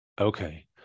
Okay